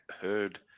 heard